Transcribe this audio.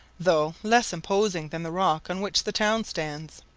though less imposing than the rock on which the town stands.